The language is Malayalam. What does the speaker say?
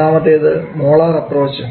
ഒന്നാമത്തേത് മോളാർ അപ്രോച്ച്